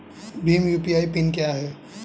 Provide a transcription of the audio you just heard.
Bhim UPI PIN क्या है?